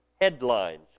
headlines